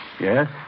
Yes